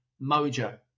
mojo